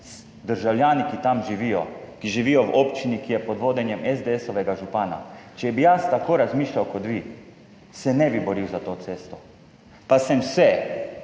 državljani, ki tam živijo, ki živijo v občini, ki je pod vodenjem župana SDS. Če bi jaz tako razmišljal kot vi, se ne bi boril za to cesto. Pa sem se